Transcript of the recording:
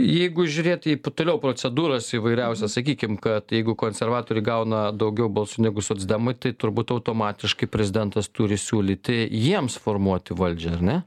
jeigu žiūrėt į toliau procedūras įvairiausias sakykim kad jeigu konservatoriai gauna daugiau balsų negu socdemai tai turbūt automatiškai prezidentas turi siūlyti jiems formuoti valdžią ar ne